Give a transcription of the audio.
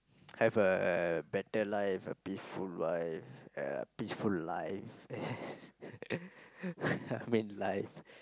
have a better life a peaceful wife uh peaceful life I mean life